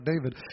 David